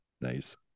Nice